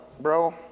bro